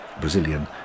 Brazilian